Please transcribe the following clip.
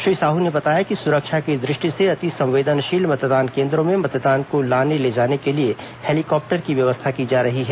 श्री साहू ने बताया कि सुरक्षा की दृष्टि से अति संवेदनशील मतदान केन्द्रों में मतदान दल को लाने ले जाने के लिए हेलीकॉप्टर की व्यवस्था की जा रही है